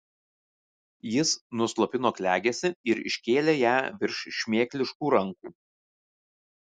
jis nuslopino klegesį ir iškėlė ją virš šmėkliškų rankų